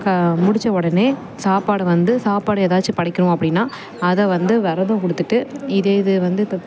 க முடித்த உடனே சாப்பாடு வந்து சாப்பாடு ஏதாச்சும் படைக்கணும் அப்படின்னா அதை வந்து விரதம் கொடுத்துட்டு இது இது வந்து